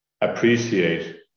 appreciate